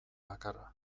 bakarra